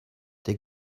der